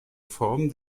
formen